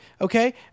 okay